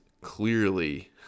clearly